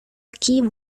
aquí